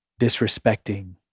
disrespecting